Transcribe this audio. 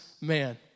man